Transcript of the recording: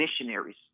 missionaries